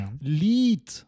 lead